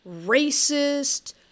racist